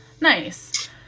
nice